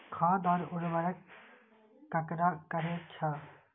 खाद और उर्वरक ककरा कहे छः?